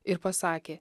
ir pasakė